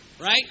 Right